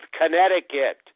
Connecticut